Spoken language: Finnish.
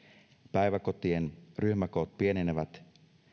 päiväkotien ryhmäkoot pienenevät